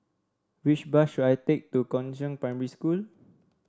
which bus should I take to Chongzheng Primary School